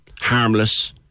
harmless